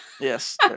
Yes